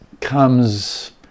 comes